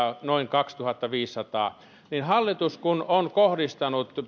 noin kaksituhattaviisisataa kun hallitus on kohdistanut